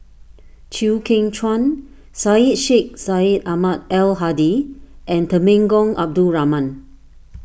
Chew Kheng Chuan Syed Sheikh Syed Ahmad Al Hadi and Temenggong Abdul Rahman